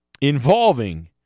involving